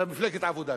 מפלגת העבודה.